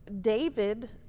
David